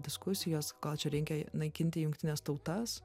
diskusijas gal čia reikia naikinti jungtines tautas